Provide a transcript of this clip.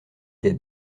des